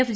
F